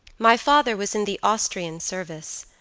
my father was in the austrian service,